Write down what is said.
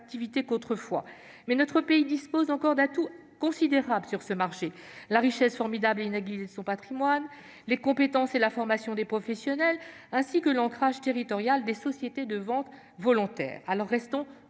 qu'autrefois, mais notre pays dispose encore d'atouts considérables sur ce marché : la richesse formidable et inégalée de son patrimoine, les compétences et la formation des professionnels, ainsi que l'ancrage territorial des sociétés de ventes volontaires. Alors, restons